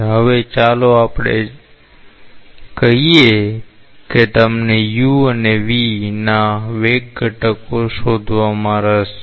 હવે ચાલો આપણે કહીએ કે તમને u અને v ના વેગ ઘટકો શોધવામાં રસ છે